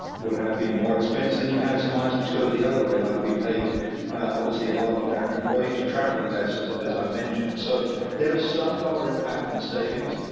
would have been more expense. then you had some items go the other way like we paid obviously a lot our employees are traveling less as as i mentioned. so there was some dollar impact in savings.